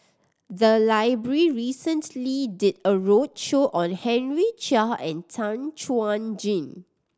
the library recently did a roadshow on Henry Chia and Tan Chuan Jin